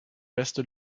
beste